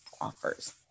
offers